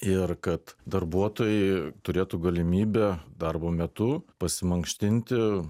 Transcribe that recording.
ir kad darbuotojai turėtų galimybę darbo metu pasimankštinti